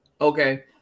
Okay